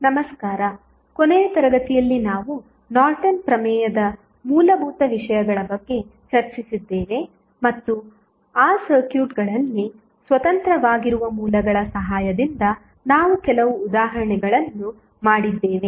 ನಮಸ್ಕಾರ ಕೊನೆಯ ತರಗತಿಯಲ್ಲಿ ನಾವು ನಾರ್ಟನ್ ಪ್ರಮೇಯದ ಮೂಲಭೂತ ವಿಷಯಗಳ ಬಗ್ಗೆ ಚರ್ಚಿಸಿದ್ದೇವೆ ಮತ್ತು ಆ ಸರ್ಕ್ಯೂಟ್ಗಳಲ್ಲಿ ಸ್ವತಂತ್ರವಾಗಿರುವ ಮೂಲಗಳ ಸಹಾಯದಿಂದ ನಾವು ಕೆಲವು ಉದಾಹರಣೆಗಳನ್ನು ಮಾಡಿದ್ದೇವೆ